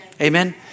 Amen